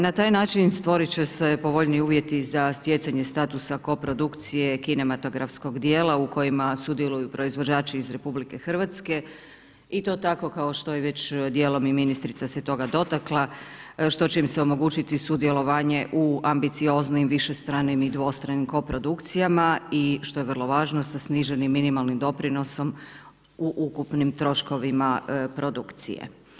Na taj način stvorit će se povoljniji uvjeti za stjecanja statusa koprodukcije kinematografskog djela u kojima sudjeluju proizvođači iz RH i to tako kao što je već djelom i ministrica se toga dotakla, što će im se omogućiti sudjelovanje u ambicioznim višestranim i dvostranim koprodukcijama i što je vrlo važno, sa sniženim minimalnim doprinosom u ukupnim troškovima produkcije.